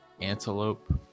antelope